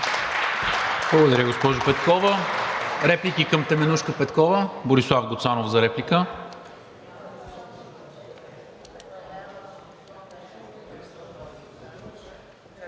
Благодаря, госпожо Петкова. Реплики към Теменужка Петкова? Борислав Гуцанов за реплика.